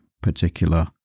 particular